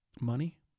Money